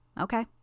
Okay